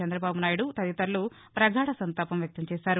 చంద్రబాబునాయుడు తదితరులు ప్రపగాధ సంతాపం వ్యక్తం చేశారు